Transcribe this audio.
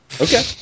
Okay